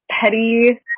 petty